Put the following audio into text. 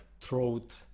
throat